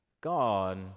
God